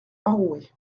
enrouée